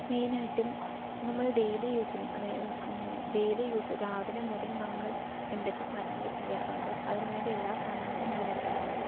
മെയിനായിട്ടും നമ്മൾ ഡെയിലി യൂസിന് അതായത് ഡെയിലി യൂസ് രാവിലെ മുതൽ നമ്മൾ എന്തൊക്കെ കാര്യങ്ങൾ ചെയ്യാറുണ്ടോ അതിന് വേണ്ടി എല്ലാ സാധനങ്ങളും ഞാൻ എടുക്കാറുണ്ട്